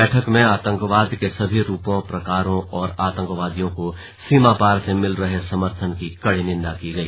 बैठक में आतंकवाद के सभी रूपों प्रकारों और आतंकवादियों को सीमापार से मिल रहे समर्थन की कड़ी निंदा की गई